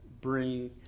bring